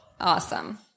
Awesome